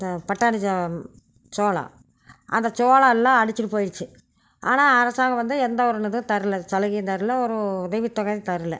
இந்த பட்டாணி சோ சோளம் அந்த சோளம் எல்லாம் அடிச்சுட்டு போய்டுச்சு ஆனால் அரசாங்கம் வந்து எந்த ஒரு இதுவும் தரல சலுகையும் தரல ஒரு உதவி தொகையும் தரல